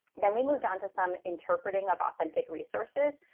then we moved on to some interpreting of authentic resources.